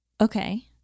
Okay